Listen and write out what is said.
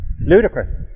ludicrous